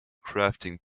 crafting